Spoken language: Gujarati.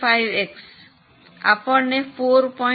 5x આપણને 4